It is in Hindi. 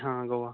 हाँ गोवा